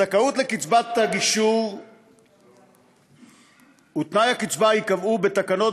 הזכאות לקצבת הגישור ותנאי הקצבה ייקבעו בתקנות